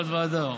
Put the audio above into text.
עוד ועדה,